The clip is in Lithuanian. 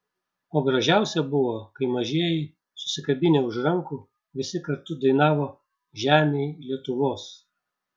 o gražiausia buvo kai mažieji susikabinę už rankų visi kartu dainavo žemėj lietuvos